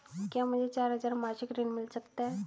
क्या मुझे चार हजार मासिक ऋण मिल सकता है?